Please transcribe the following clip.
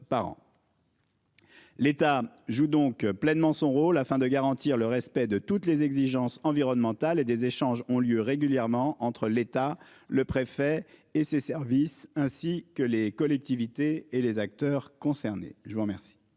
L'État joue donc pleinement son rôle afin de garantir le respect de toutes les exigences environnementales et des échanges ont lieu régulièrement entre l'État, le préfet et ses services ainsi que les collectivités et les acteurs concernés. Je vous remercie.